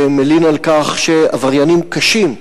שמלין על כך שעבריינים קשים,